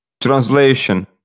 Translation